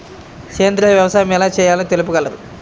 సేంద్రీయ వ్యవసాయం ఎలా చేయాలో తెలుపగలరు?